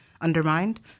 undermined